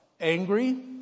angry